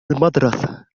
المدرسة